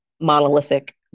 monolithic